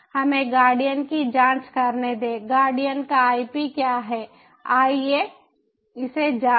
हमें गार्डियन की जांच करने दें गार्डियन का आईपी क्या है आइए इसे जांचें